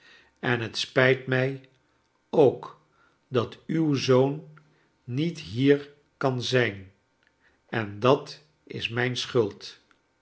en het spijt mij ook dat uw zoon niet hier kan zijn en dat is mijn schuld